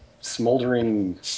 Smoldering